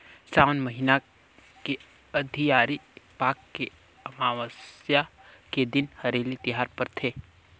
सावन महिना के अंधियारी पाख के अमावस्या के दिन हरेली तिहार परथे